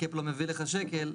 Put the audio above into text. ראינו אותן.